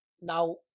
Now